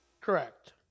correct